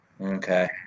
Okay